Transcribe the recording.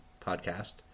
podcast